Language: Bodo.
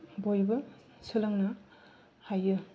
बयबो सोलोंनो हायो